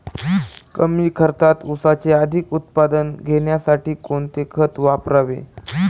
कमी खर्चात ऊसाचे अधिक उत्पादन घेण्यासाठी कोणते खत वापरावे?